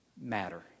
matter